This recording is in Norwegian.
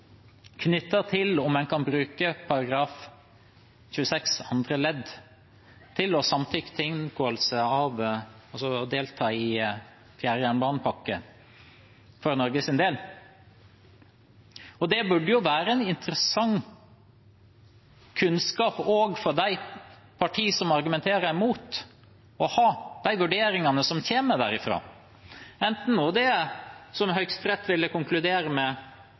til om en kan bruke § 26 andre ledd til å samtykke til å delta i fjerde jernbanepakke for Norges del. Det burde være interessant kunnskap også for de partiene som argumenterer mot å ha de vurderingene som kommer derfra, enten Høyesterett skulle konkludere med nei eller ja, eventuelt ja, men at det